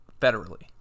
federally